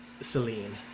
Celine